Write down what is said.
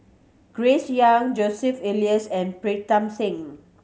Grace Young Joseph Elias and Pritam Singh